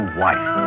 wife